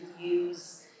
Use